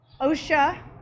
OSHA